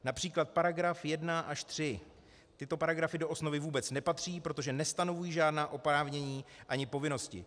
Například § 1 až 3 tyto paragrafy do osnovy vůbec nepatří, protože nestanovují žádná oprávnění ani povinnosti.